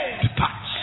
depart